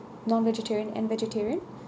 non-vegetarian and vegetarian